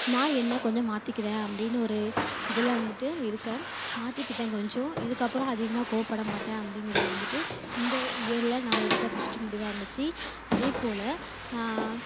நான் என்னை கொஞ்சம் மாற்றிக்கிறேன் அப்படின்னு ஒரு இதில் வந்துட்டு இருக்கேன் மாற்றிக்கிட்டேன் கொஞ்சம் இதுக்கப்புறம் அதிகமாக கோபப்பட மாட்டேன் அப்படிங்கிறத வந்துட்டு இந்த இயரில் நான் எடுத்த ஃபஸ்ட்டு முடிவாக இருந்துச்சு அதே போல்